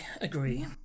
agree